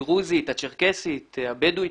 הדרוזית, הצ'רקסית, הבדואית.